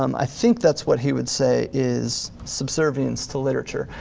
um i think that's what he would say is subservience to literature.